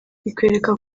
bikwereka